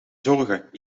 zorgen